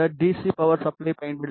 C power supply பயன்படுத்தி M